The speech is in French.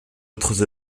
autres